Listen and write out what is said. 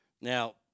Now